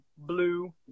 Blue